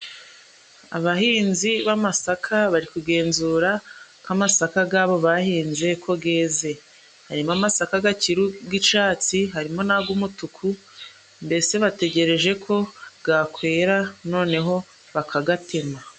Abahinzi b'amasaka bari kugenzura k'amasaka gabo bahinze ko geze, harimo amasaka gakiri g'icatsi, harimo n'ag'umutuku, mbese bategereje ko gakwera noneho bakagatema.